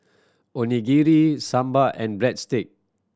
Onigiri Sambar and Breadstick